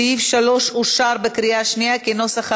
סעיף 3 אושר בקריאה שנייה כנוסח הוועדה.